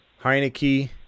Heineke